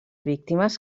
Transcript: víctimes